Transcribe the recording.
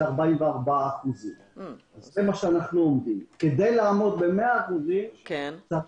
זה 44%. כדי לעמוד ב-100% צריך